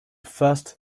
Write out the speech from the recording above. first